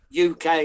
UK